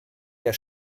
der